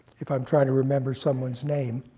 if i'm trying to remember someone's name,